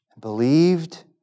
believed